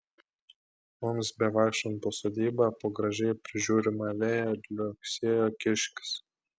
mums bevaikštant po sodybą po gražiai prižiūrimą veją liuoksėjo kiškis